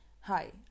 Hi